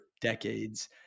decades